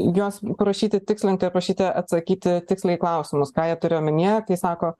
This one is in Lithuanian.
juos prašyti tikslinti ar prašyti atsakyti tiksliai į klausimus ką jie turi omenyje tai sako